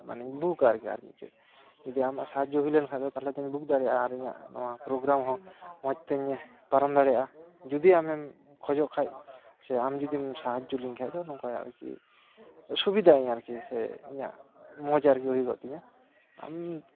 ᱢᱟᱱᱮ ᱵᱩᱠ ᱟ ᱟᱨᱠᱤ ᱟᱨ ᱢᱤᱫᱴᱮᱱ ᱡᱩᱫᱤ ᱟᱢᱟᱜ ᱥᱟᱦᱟᱡᱽᱡᱚ ᱦᱩᱭ ᱞᱮᱱ ᱠᱷᱟᱱ ᱫᱚ ᱛᱟᱦᱚᱞᱮ ᱫᱩᱧ ᱵᱩᱠ ᱫᱟᱲᱮᱭᱟᱜᱼᱟ ᱟᱨ ᱤᱧᱟᱹᱜ ᱱᱚᱣᱟ ᱯᱨᱳᱜᱨᱟᱢ ᱦᱚᱸ ᱢᱚᱡᱽ ᱛᱤᱧ ᱯᱟᱨᱚᱢ ᱫᱟᱲᱮᱭᱟᱜᱼᱟ ᱡᱩᱫᱤ ᱟᱢᱮᱢ ᱠᱷᱚᱡᱚᱜ ᱠᱷᱟᱱ ᱥᱮ ᱟᱢ ᱡᱩᱫᱤᱢ ᱥᱟᱦᱟᱡᱽᱡᱚ ᱞᱤᱧ ᱠᱷᱟᱱ ᱫᱚ ᱱᱚᱝᱠᱟ ᱟᱨᱠᱤ ᱥᱩᱵᱤᱫᱟ ᱟᱹᱧ ᱟᱨᱠᱤ ᱥᱮ ᱤᱧᱟᱹᱜ ᱢᱚᱡᱽ ᱟᱨᱠᱤ ᱦᱩᱭ ᱜᱚᱜ ᱛᱤᱧᱟᱹ ᱟᱢ